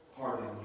pardon